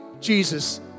Jesus